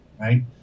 right